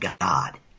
God